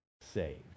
saved